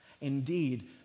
Indeed